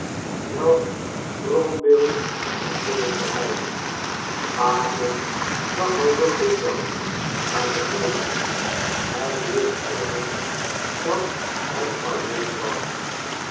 welk droombeeld vervolgde hij waarom zag hij zoo dikwijls naar beneden hij wist immers dat hij alleen was